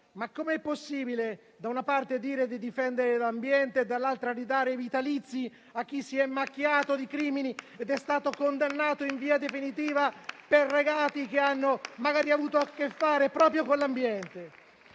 Ma com'è possibile da una parte dire di difendere l'ambiente e dall'altra ridare i vitalizi a chi si è macchiato di crimini ed è stato condannato in via definitiva per reati che hanno magari avuto a che fare proprio con l'ambiente?